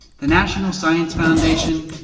the national science foundation,